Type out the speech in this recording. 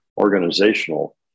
organizational